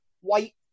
white